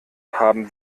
haben